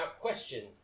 question